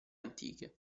antiche